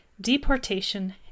deportation